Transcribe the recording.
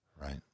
Right